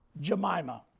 Jemima